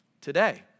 Today